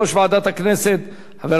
חבר הכנסת יריב לוין.